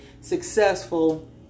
successful